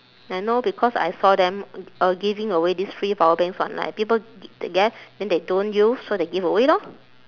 I know because I saw them uh giving away these free power banks online people get then they don't use so they give away lor